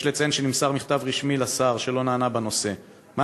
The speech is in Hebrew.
יש לציין שנמסר לשר מכתב רשמי בנושא, שלא נענה.